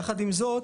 יחד עם זאת,